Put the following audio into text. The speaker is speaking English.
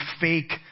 fake